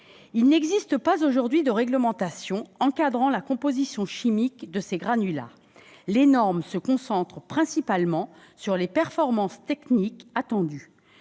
il n'existe pas de réglementation encadrant la composition chimique de ces granulats. Les normes se concentrent principalement sur les performances techniques attendues